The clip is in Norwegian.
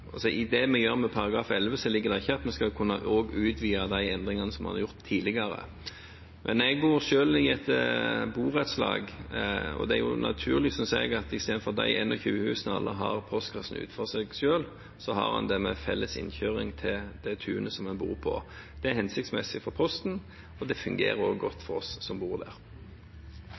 vi skal kunne utvide de endringene som en har gjort tidligere. Jeg bor selv i et borettslag, og det er naturlig, synes jeg, at de 21 husene, i stedet for å ha postkassene utenfor våre egne hus har dem ved en felles innkjøring til det tunet vi bor på. Det er hensiktsmessig for Posten, og det fungerer også godt for oss som bor der.